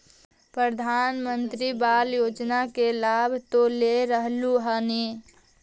प्रधानमंत्री बाला योजना के लाभ तो ले रहल्खिन ह न?